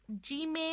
gmail